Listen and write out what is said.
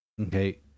okay